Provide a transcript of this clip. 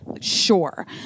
Sure